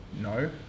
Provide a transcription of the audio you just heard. no